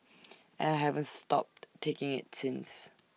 and I haven't stopped taking IT since